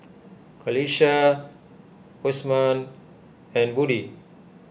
Qalisha Osman and Budi